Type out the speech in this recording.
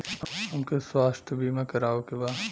हमके स्वास्थ्य बीमा करावे के बा?